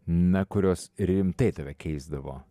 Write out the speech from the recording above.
na kurios rimtai tave keisdavo